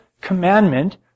commandment